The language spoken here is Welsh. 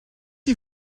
chi